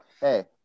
hey